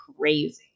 crazy